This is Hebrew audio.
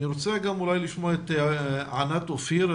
אני רוצה לשמוע את ענת אופיר,